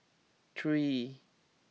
three